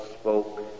spoke